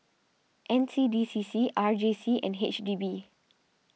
N C D C C R J C and H D B